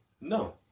No